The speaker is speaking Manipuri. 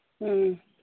ꯑꯥ